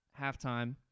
halftime